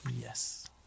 Yes